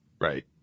right